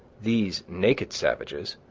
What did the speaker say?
these naked savages,